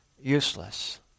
useless